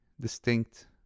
distinct